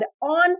on